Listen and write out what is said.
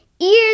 Ears